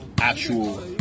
actual